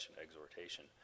exhortation